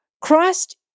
Christ